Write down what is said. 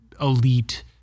elite